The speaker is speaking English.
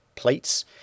Plates